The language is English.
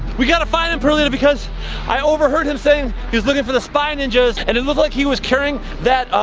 we gotta find him perlita because i overheard him saying he's looking for the spy ninjas and it looked like he was carrying that,